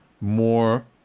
more